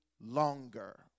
longer